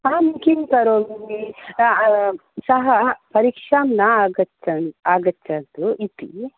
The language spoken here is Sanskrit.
अहं किं करोमि सः परीक्षां न आगच्छ आगच्छतु इति